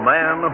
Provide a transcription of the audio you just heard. Man